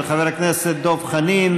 של חבר הכנסת דב חנין,